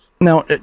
now